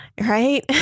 right